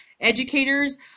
educators